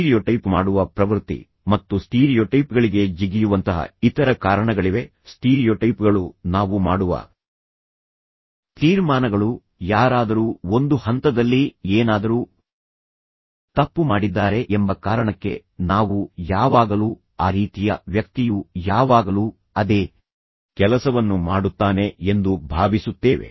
stereotype ಮಾಡುವ ಪ್ರವೃತ್ತಿ ಮತ್ತು ಸ್ಟೀರಿಯೊಟೈಪ್ಗಳಿಗೆ ಜಿಗಿಯುವಂತಹ ಇತರ ಕಾರಣಗಳಿವೆ ಸ್ಟೀರಿಯೊಟೈಪ್ಗಳು ನಾವು ಮಾಡುವ ತೀರ್ಮಾನಗಳು ಯಾರಾದರೂ ಒಂದು ಹಂತದಲ್ಲಿ ಏನಾದರೂ ತಪ್ಪು ಮಾಡಿದ್ದಾರೆ ಎಂಬ ಕಾರಣಕ್ಕೆ ನಾವು ಯಾವಾಗಲೂ ಆ ರೀತಿಯ ವ್ಯಕ್ತಿಯು ಯಾವಾಗಲೂ ಅದೇ ಕೆಲಸವನ್ನು ಮಾಡುತ್ತಾನೆ ಎಂದು ಭಾವಿಸುತ್ತೇವೆ